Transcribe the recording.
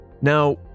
Now